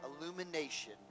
illumination